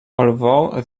although